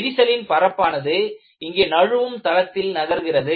விரிசலின் பரப்பானது இங்கே நழுவும் தளத்தில் நகர்கிறது